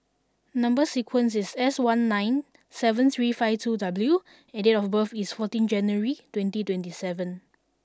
number sequence is S one six nine seven three five two W and date of birth is fourteen January twenty twenty seven